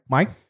Mike